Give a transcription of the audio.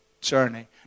journey